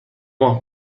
ماه